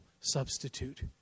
substitute